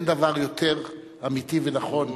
ואין דבר יותר אמיתי ונכון,